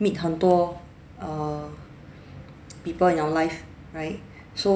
meet 很多 err people in our life right so